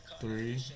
Three